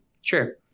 Sure